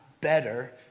better